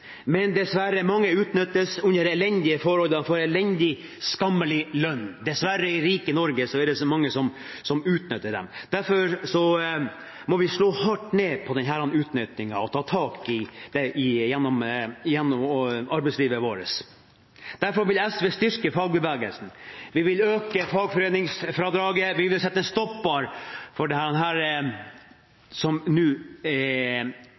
Men dessverre: Mange utnyttes under elendige forhold. De får elendig, skammelig lønn. I rike Norge er det dessverre mange som utnytter dem. Derfor må vi slå hardt ned på denne utnyttingen og ta tak i det gjennom arbeidslivet vårt. Derfor vil SV styrke fagbevegelsen. Vi vil øke fagforeningsfradraget. Vi vil sette en stopper for det som nå er